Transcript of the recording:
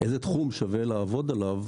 איזה תחום שווה לעבוד עליו,